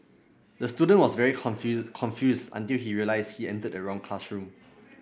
the student was very confused until he realised he entered the wrong classroom